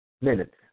minutes